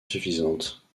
suffisante